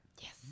Yes